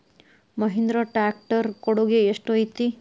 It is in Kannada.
ಮಹಿಂದ್ರಾ ಟ್ಯಾಕ್ಟ್ ರ್ ಕೊಡುಗೆ ಎಷ್ಟು ಐತಿ?